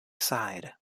aside